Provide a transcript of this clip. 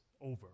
over